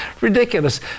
ridiculous